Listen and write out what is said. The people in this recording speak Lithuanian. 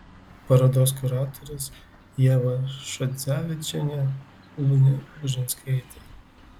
parodos kuratorės ieva šadzevičienė ugnė bužinskaitė